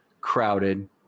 crowded